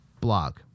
blog